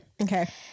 Okay